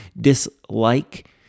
dislike